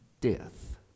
death